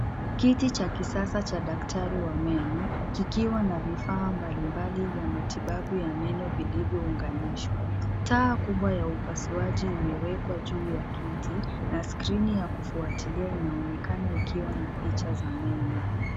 Kiti cha kisasa cha daktari, wa meno kikiwa na vifaa mbalimbali vya matibabu ya meno vilivyounganishwa. Taa kubwa ya upasuaji imewekwa juu ya kiti na skirini ya kufuatilia inaonekana ikiwa na picha za meno.